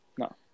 No